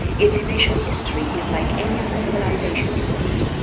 its initial history is like any other civilisation before it.